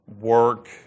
work